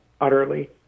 utterly